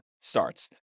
starts